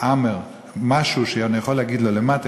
עמאר משהו שאני יכול להגיד לו למטה,